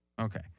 Okay